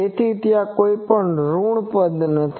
તેથી ત્યાં કોઈ ઋણ પદ નથી